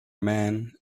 man